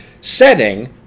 setting